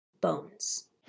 Bones